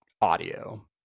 audio